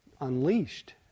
unleashed